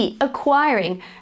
acquiring